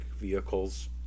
vehicles